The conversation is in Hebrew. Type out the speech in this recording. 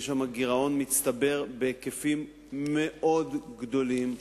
יש שם גירעון מצטבר בהיקפים מאוד גדולים.